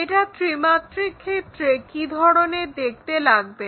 এটা ত্রিমাত্রিক ক্ষেত্রে কি ধরনের দেখতে লাগবে